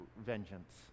vengeance